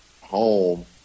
home